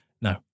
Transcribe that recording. no